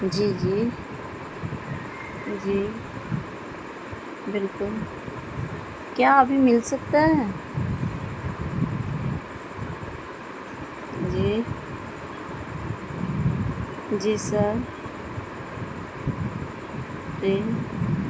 جی جی جی بالکل کیا ابھی مل سکتا ہے جی جی سر جی